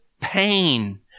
pain